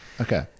Okay